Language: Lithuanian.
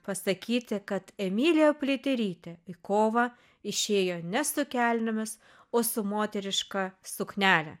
pasakyti kad emilija pliaterytė į kovą išėjo ne su kelnėmis o su moteriška suknele